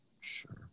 Sure